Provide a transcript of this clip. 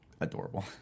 adorable